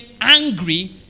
angry